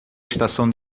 estação